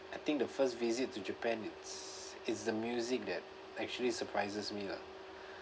I think the first visit to japan it's it's the music that actually surprises me lah